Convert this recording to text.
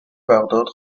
بغداد